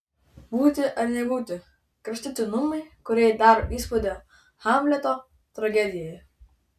būti ar nebūti kraštutinumai kurie daro įspūdį hamleto tragedijoje